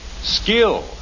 Skill